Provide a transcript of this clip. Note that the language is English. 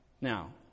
Now